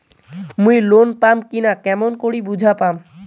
মুই লোন পাম কি না কেমন করি বুঝা পাম?